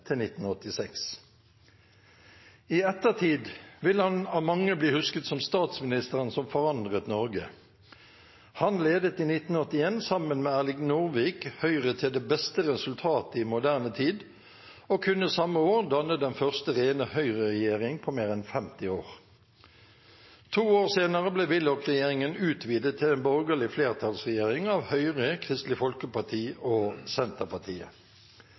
til 1986. I ettertid vil han av mange bli husket som statsministeren som forandret Norge. Han ledet i 1981, sammen med Erling Nordvik, Høyre til det beste resultatet i moderne tid og kunne samme år danne den første rene Høyre-regjering på mer enn 50 år. To år senere ble Willoch-regjeringen utvidet til en borgerlig flertallsregjering av Høyre, Kristelig Folkeparti og Senterpartiet.